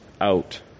out